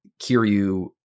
Kiryu